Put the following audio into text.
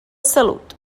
salut